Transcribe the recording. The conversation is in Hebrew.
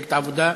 מפלגת העבודה.